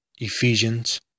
Ephesians